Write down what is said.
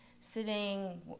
Sitting